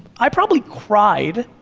i probably cried,